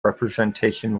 representation